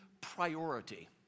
priority